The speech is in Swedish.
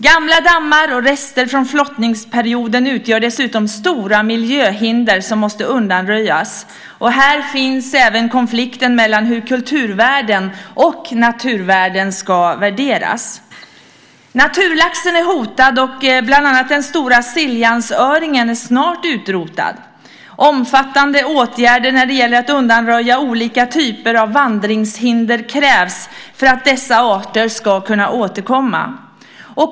Gamla dammar och rester från flottningsperioden utgör dessutom stora miljöhinder som måste undanröjas. Här finns även en konflikt mellan hur kulturvärden och naturvärden ska värderas. Naturlaxen är hotad, och bland annat den stora Siljansöringen är snart utrotad. Omfattande åtgärder för att undanröja olika typer av vandringshinder krävs för att dessa arter ska kunna återkomma.